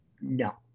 no